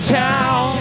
town